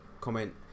comment